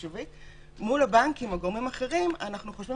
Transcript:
מול הבנקים או גורמים אחרים אנחנו חושבים